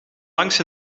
langs